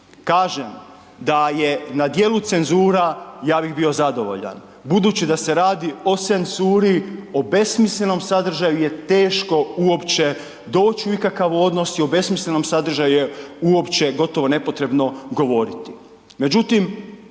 Kažem da je na djelu cenzura, ja bih bio zadovoljan. Budući da se radi o senssuri, o besmislenom sadržaju je teško uopće doći u ikakav odnos i o besmislenom sadržaju je uopće gotovo nepotrebno govoriti.